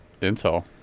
Intel